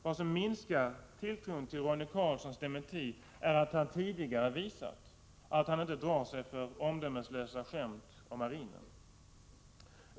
Vad som minskar tilltron till Roine Carlssons dementi är att han tidigare visat att han inte drar sig för omdömeslösa skämt om marinen.